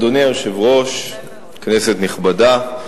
אדוני היושב-ראש, כנסת נכבדה,